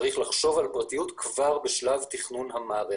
צריך לחשוב על פרטיות כבר בשלב תכנון המערכת.